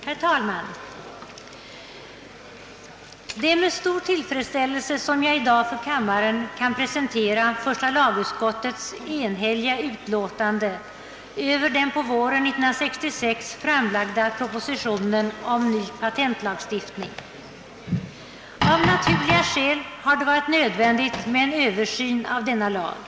Herr talman! Det är med stor tillfredsställelse som jag i dag för kammaren kan presentera första lagutskottets enhälliga utlåtande över den på våren 1966 framlagda propositionen om ny patentlagstiftning. Av naturliga skäl har det varit nödvändigt med en översyn av denna lag.